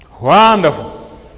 wonderful